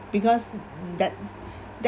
because that that